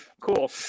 cool